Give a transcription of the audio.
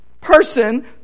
person